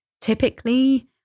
Typically